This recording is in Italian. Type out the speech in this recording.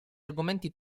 argomenti